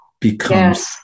becomes